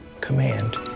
command